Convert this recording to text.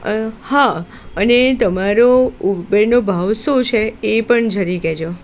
હા અને તમારો ઉબેરનો ભાવ શું છે એ પણ જરા કહેજો